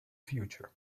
future